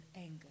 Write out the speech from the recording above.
anger